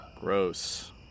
Gross